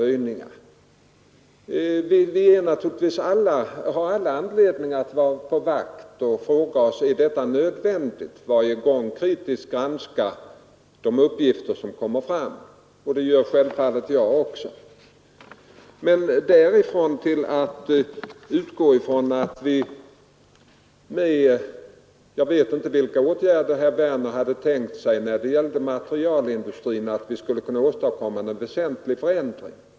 Vi har naturligtvis alla anledning att vara på vår vakt och att varje gång höjningar inträffar fråga oss, om dessa är nödvändiga, och det gör självfallet också jag. Men det är en annan sak att därifrån gå vidare och säga att vi med vissa åtgärder — jag vet inte vilka herr Werner hade tänkt sig — beträffande materialindustrin skulle kunna åstadkomma någon väsentlig förändring.